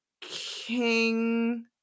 king